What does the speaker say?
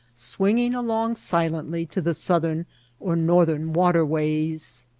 swinging along silently to the southern or northern waterways.